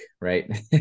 right